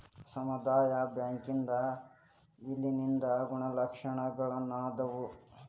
ಸಮುದಾಯ ಬ್ಯಾಂಕಿಂದ್ ವಿಲೇನದ್ ಗುಣಲಕ್ಷಣಗಳೇನದಾವು?